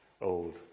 old